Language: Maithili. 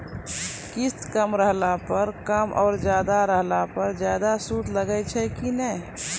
किस्त कम रहला पर कम और ज्यादा रहला पर ज्यादा सूद लागै छै कि नैय?